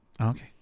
Okay